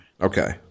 Okay